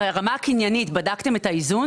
ברמה הקניינית בדקתם את האיזון?